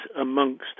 amongst